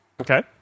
Okay